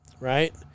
right